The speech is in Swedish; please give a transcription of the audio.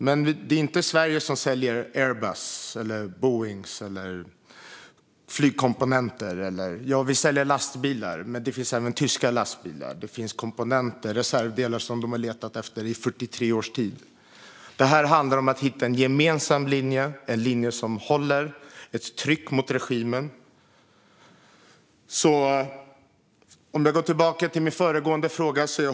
Det är dock inte Sverige som säljer Airbus, Boeing eller flygkomponenter. Ja, vi säljer lastbilar, men det finns även tyska lastbilar. Det finns komponenter och reservdelar som de har letat efter i 43 års tid. Det handlar om att hitta en gemensam linje, en linje som håller och trycker på regimen. Låt mig gå tillbaka till min förra fråga.